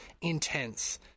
intense